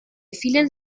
vielen